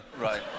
Right